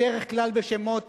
בדרך כלל בשמות